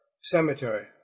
cemetery